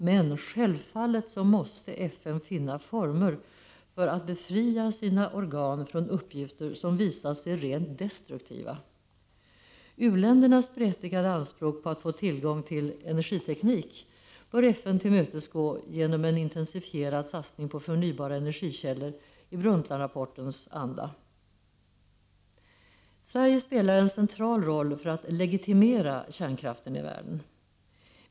Men självfallet måste FN finna former för att befria sina organ från uppgifter som visat sig rent destruktiva. U-ländernas berättigade anspråk på att få tillgång till energiteknik bör FN tillmötesgå genom en intensifierad satsning på förnybara energikällor, i Brundtlandrapportens anda. Sverige spelar en central roll för att legitimera kärnkraften i världen.